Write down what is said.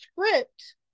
script